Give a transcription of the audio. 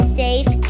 safe